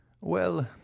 Well—